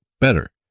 better